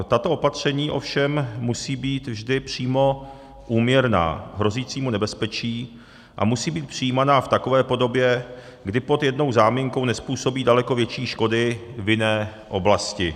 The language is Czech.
Tato opatření ovšem musí být vždy přímo úměrná hrozícímu nebezpečí a musí být přijímaná v takové podobě, kdy pod jednou záminkou nezpůsobí daleko větší škody v jiné oblasti.